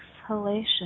exhalation